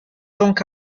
donc